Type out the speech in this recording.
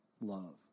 love